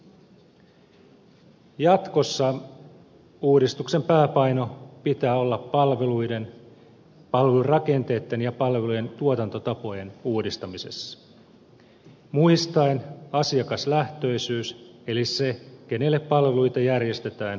jatkossa uudistuksen pääpainon pitää olla palveluiden palvelurakenteitten ja palvelujen tuotantotapojen uudistamisessa niin että muistetaan asiakaslähtöisyys eli se kenelle palveluita järjestetään tai tuotetaan